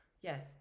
Yes